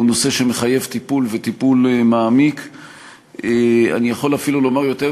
יחיא, אני מבקש